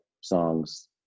songs